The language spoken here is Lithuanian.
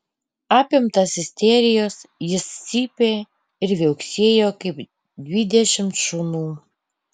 apimtas isterijos jis cypė ir viauksėjo kaip dvidešimt šunų